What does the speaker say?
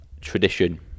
tradition